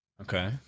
Okay